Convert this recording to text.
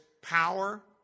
power